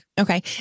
Okay